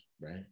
right